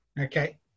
okay